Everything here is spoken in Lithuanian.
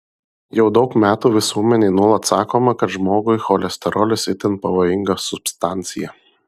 jau daug metų visuomenei nuolat sakoma kad žmogui cholesterolis itin pavojinga substancija